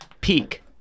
peak